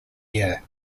year